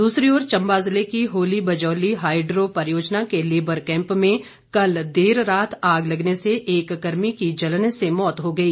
दूसरी ओर चम्बा जिले की होली बजौली हाइड्रो परियोजना के लेबर कैम्प में कल देर रात आग लगने से एक कर्मी की जलने से मौत हो गई